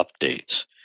updates